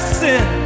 sin